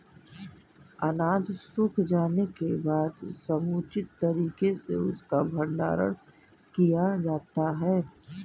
अनाज सूख जाने के बाद समुचित तरीके से उसका भंडारण किया जाता है